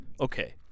Okay